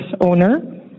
owner